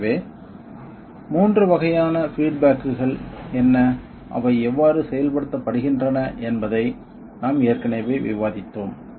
எனவே 3 வகையான பீட் பேக்குகள் என்ன அவை எவ்வாறு செயல்படுத்தப்படுகின்றன என்பதை நாம் ஏற்கனவே விவாதித்தோம்